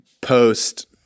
post